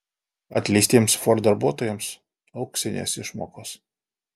atleistiems ford darbuotojams auksinės išmokos